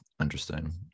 Interesting